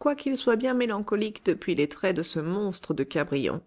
quoiqu'il soit bien mélancolique depuis les traits de ce monstre de cabrion